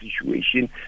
situation